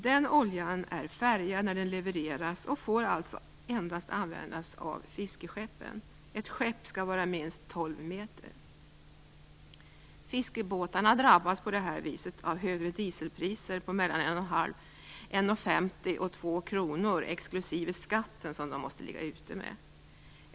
Den oljan är färgad när den levereras och får alltså endast användas av fiskeskeppen. Ett skepp skall vara minst 12 meter. Fiskebåtarna drabbas på detta sätt av högre dieselpriser på mellan 1,50 kr och 2 kr exklusive den skatt som de måste ligga ute med.